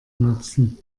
nutzen